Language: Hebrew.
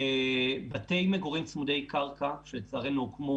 בתי מגורים צמודי קרקע שלצערנו הוקמו